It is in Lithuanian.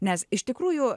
nes iš tikrųjų